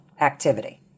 activity